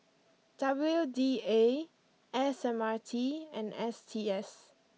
W D A S M R T and S T S